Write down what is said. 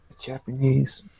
Japanese